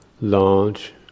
large